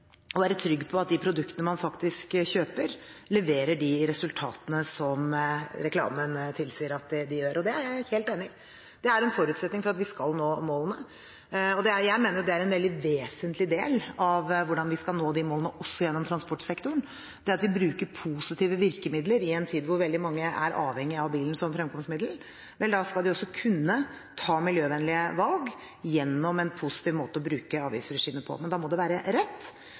og være trygg på at de produktene man faktisk kjøper, leverer de resultatene som reklamen tilsier at de gjør. Det er jeg helt enig i. Det er en forutsetning for at vi skal nå målene. Jeg mener en veldig vesentlig del av hvordan vi skal nå de målene også for transportsektoren, er å bruke positive virkemidler. I en tid hvor veldig mange er avhengig av bilen som fremkomstmiddel, skal de også kunne ta miljøvennlige valg gjennom en positiv måte å bruke avgiftsregimet på. Men da må det være rett.